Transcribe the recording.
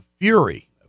fury